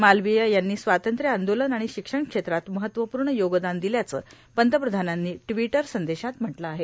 मालवीय यांनी स्वातंत्र्य आंदोलन र्आण शिक्षण क्षेत्रात महत्वपूण योगदान ादल्याचं पंतप्रधानांनी र्टावटर संदेशात म्हटलं आहे